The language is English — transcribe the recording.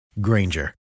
Granger